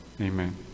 Amen